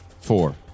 Four